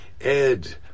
Ed